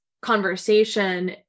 conversation